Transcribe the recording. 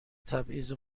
تبعیض